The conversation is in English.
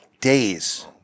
days